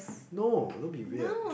no don't be weird